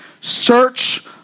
search